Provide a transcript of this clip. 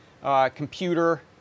computer